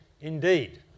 indeed